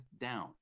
down